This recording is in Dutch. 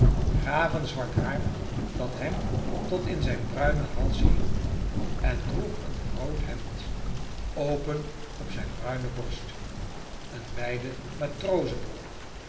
ravenzwart haar dat hem tot in zijn bruinen hals hing en droeg een rood hemd open op zijn bruine borst een wijde